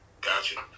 Gotcha